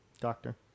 doctor